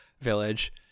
village